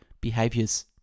behaviors